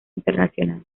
internacional